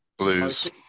blues